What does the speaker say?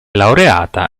laureata